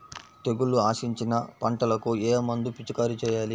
తెగుళ్లు ఆశించిన పంటలకు ఏ మందు పిచికారీ చేయాలి?